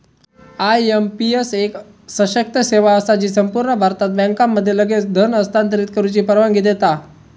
IMPS एक सशक्त सेवा असा जी संपूर्ण भारतात बँकांमध्ये लगेच धन हस्तांतरित करुची परवानगी देता